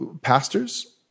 pastors